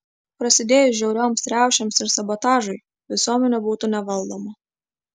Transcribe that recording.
prasidėjus žiaurioms riaušėms ir sabotažui visuomenė būtų nevaldoma